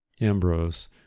Ambrose